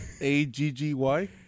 A-G-G-Y